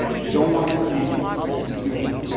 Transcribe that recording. they don't want to see a student.